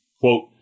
quote